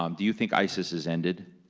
um do you think isis is ended?